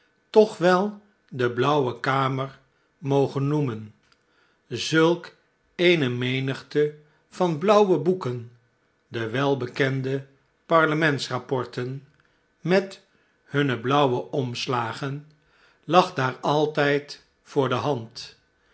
toch wel de blauwe kamer mogen noemen zulk eene men te van blauwe boeken de welbekende parlements rapporten met hunne blauwe omslagen lag daar altijd voor de hand